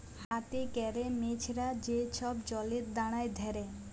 হাতে ক্যরে মেছরা যে ছব জলে দাঁড়ায় ধ্যরে